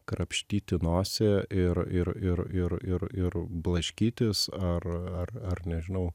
krapštyti nosį ir ir ir ir ir ir blaškytis ar ar ar nežinau